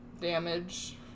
damage